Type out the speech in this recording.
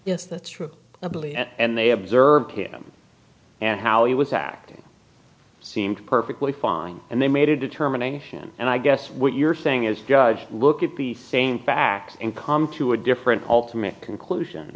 yes that's true i believe and they observed him and how he was acting seemed perfectly fine and they made a determination and i guess what you're saying is judge look at the same facts and come to a different ultimate conclusion